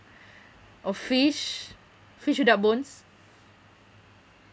or fish fish without bones